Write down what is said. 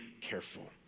careful